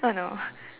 oh no